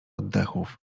oddechów